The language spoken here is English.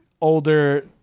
older